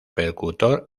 percutor